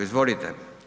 Izvolite.